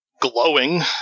glowing